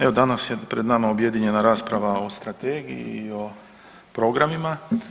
Evo danas je pred nama objedinjena rasprava o strategiji i o programima.